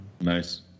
nice